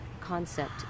concept